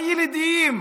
הילידיים,